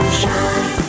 shine